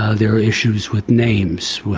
ah there are issues with names,